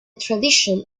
tradition